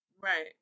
Right